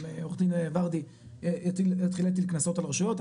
עורך דין ורדי יתחיל להטיל כנסות על רשויות.